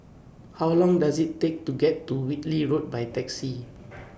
How Long Does IT Take to get to Whitley Road By Taxi